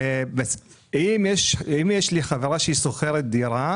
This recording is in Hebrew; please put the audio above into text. אם יש לי חברה ששוכרת דירה